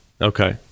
Okay